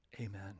Amen